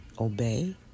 obey